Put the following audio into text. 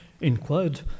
inquired